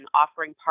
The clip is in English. offering